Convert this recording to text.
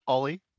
Ollie